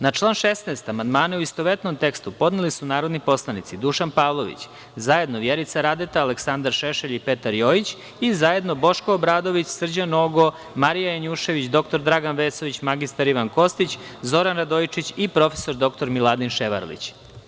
Na član 16. amandmane u istovetnom tekstu podneli su narodni poslanici Dušan Pavlović, zajedno Vjerica Radeta, Aleksandar Šešelj i Petar Jojić, i zajedno Boško Obradović, Srđan Nogo, Marija Janušević, dr Dragan Vesović, mr Ivan Kostić, Zoran Radojičić i prof. dr Miladin Ševarlić.